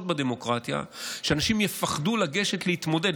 בדמוקרטיה זה שאנשים יפחדו לגשת להתמודד.